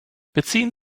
beziehen